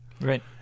Right